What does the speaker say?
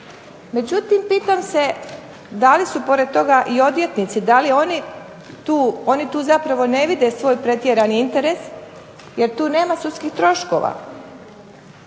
međutim pitam se da li su pored toga i odvjetnici, da li oni tu zapravo ne vide svoj pretjerani interes jer tu nema sudskih troškova.